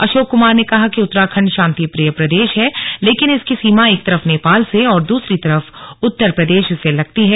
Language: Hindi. अशोक कुमार ने कहा कि उत्तराखंड शांतिप्रिय प्रदेश है लेकिन इसकी सीमा एक तरफ नेपाल से और दूसरी तरफ उत्तर प्रदेश से लगती है